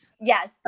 yes